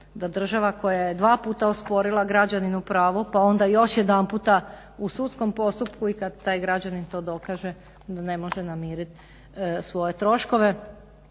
da država koja je dva puta osporila građaninu pravo, pa onda još jedan puta u sudskom postupku i kad taj građanin to dokaže da ne može namirit svoje troškove.